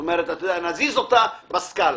נזיז אותה בסקלה.